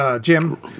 Jim